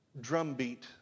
drumbeat